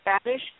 Spanish